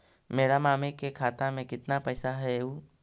मेरा मामी के खाता में कितना पैसा हेउ?